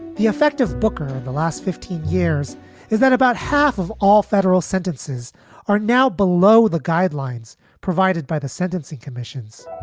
the effect of booker in the last fifteen years is that about half of all federal sentences are now below the guidelines provided by the sentencing commissions